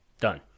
done